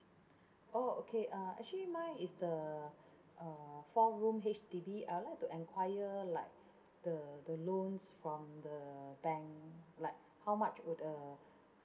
oh okay uh actually mine is the uh four room H_D_B I would like to enquire like the the loans from the bank like how much would uh